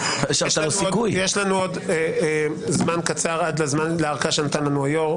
יש לנו עוד זמן קצר עד לארכה שנתן לנו היו"ר,